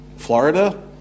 Florida